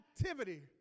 activity